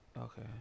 Okay